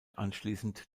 anschließend